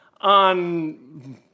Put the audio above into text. on